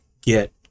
get